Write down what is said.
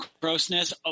grossness